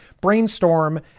brainstorm